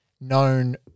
known